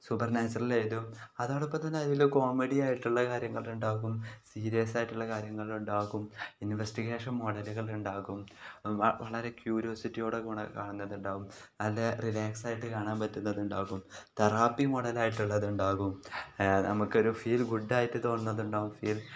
super natural എഴുതും അതോടൊപ്പം തന്നെ അതിൽ കോമഡി ആയിട്ടുള്ള കാര്യങ്ങളുണ്ടാകും സീരിയസ് ആയിട്ടുള്ള കാര്യങ്ങളുണ്ടാകും ഇൻവെസ്റ്റഗേഷൻ മോഡലുകളുണ്ടാകും വളരെ ക്യൂരിയോസിറ്റിയോടെ കാണുന്നതുണ്ടാകും നല്ല റിലാക്സ് ആയിട്ട് കാണാൻ പറ്റുന്നതുണ്ടാകും തെറാപ്പി മോഡല ആയിട്ടുള്ളതുണ്ടാകും നമുക്ക് ഒരു ഫീൽ ഗുഡ് ആയിട്ട് തോന്നുന്നതുണ്ടാകും ഫീൽ